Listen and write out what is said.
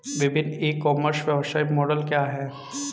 विभिन्न e commerce व्यवसाय model क्या हैं?